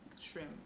Shrimp